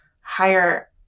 higher